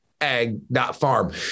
ag.farm